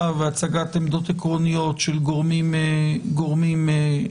והצגת עמדות עקרוניות של גורמים שונים.